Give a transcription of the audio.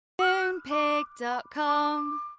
Moonpig.com